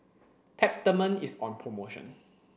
Peptamen is on promotion